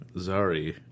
Zari